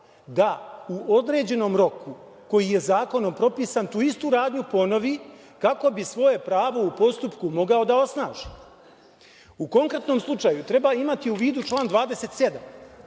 da u određenom roku koji je zakonom propisan tu istu radnju ponovi kako bi svoje pravo u postupku mogao da osnaži.U konkretnom slučaju treba imati u vidu član 27,